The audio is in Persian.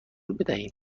بدهیم